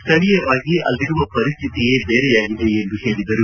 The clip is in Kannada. ಸ್ಥಳೀಯವಾಗಿ ಅಲ್ಲಿರುವ ಪರಿಸ್ಥಿತಿಯೇ ಬೇರೆಯಾಗಿದೆ ಎಂದು ಹೇಳಿದರು